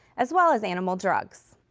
as well as animal drugs.